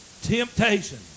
temptation